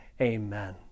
Amen